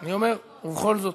אני אומר, ובכל זאת.